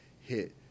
hit